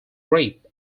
rape